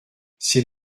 c’est